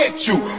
ah chew